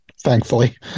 thankfully